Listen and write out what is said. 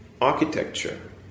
architecture